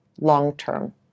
long-term